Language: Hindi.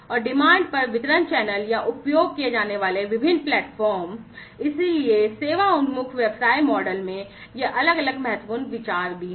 और डिमांड पर वितरण चैनल या उपयोग किए जाने वाले विभिन्न प्लेटफ़ॉर्म इसलिए सेवा उन्मुख व्यवसाय मॉडल में ये अलग अलग महत्वपूर्ण विचार हैं